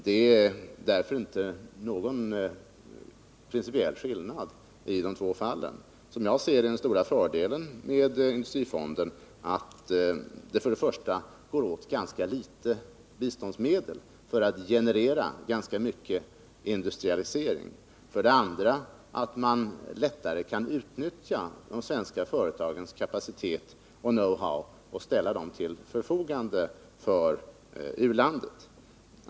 Det är därför inte någon principiell skillnad i de två fallen. Jag ser som den stora fördelen med industrifonden att det för detta ändamål går åt ganska litet biståndsmedel för att generera ganska mycket industrialisering och för det andra att man lättare kan utnyttja de svenska företagens kapacitet av know-how och ställa den till förfogande för u-landet.